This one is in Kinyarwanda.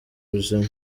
ubuzima